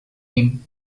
him